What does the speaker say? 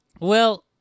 Well-